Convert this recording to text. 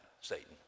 Satan